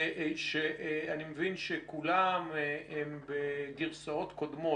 אני מבין שכולם הם בגרסאות קודמות.